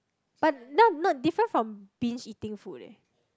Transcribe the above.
but no not different from binge eating food eh